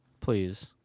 please